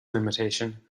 limitation